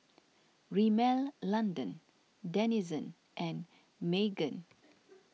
Rimmel London Denizen and Megan